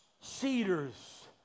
cedars